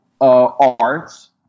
arts